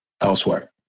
elsewhere